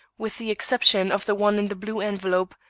with the exception of the one in the blue envelope,